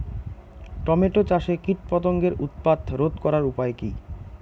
Tomato চাষে কীটপতঙ্গের উৎপাত রোধ করার উপায় কী?